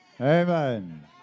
Amen